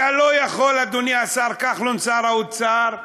אתה לא יכול, אדוני השר כחלון, שר האוצר,